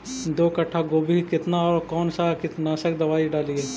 दो कट्ठा गोभी केतना और कौन सा कीटनाशक दवाई डालिए?